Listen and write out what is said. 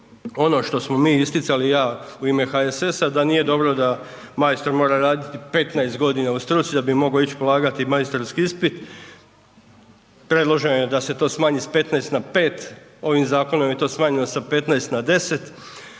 Ono što smo mi isticali i ja u ime HSS-a da nije dobro da majstor mora raditi 15 godina u struci da bi mogao ići polagati majstorski ispit. Predloženo je da se to smanji sa 15 na 5, ovim zakonom je to smanjeno sa 15 na 10,